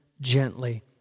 gently